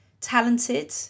talented